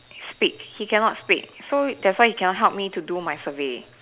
speak he cannot speak so that's why he cannot help me do to my survey